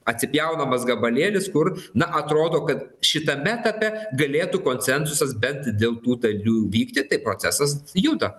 atsipjaunamas gabalėlis kur na atrodo kad šitame etape galėtų konsensusas bent dėl tų dalių įvykti tai procesas juda